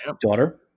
Daughter